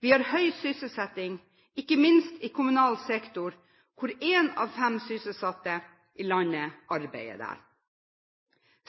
Vi har høy sysselsetting, ikke minst i kommunal sektor, hvor én av fem sysselsatte i landet arbeider.